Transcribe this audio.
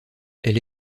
elle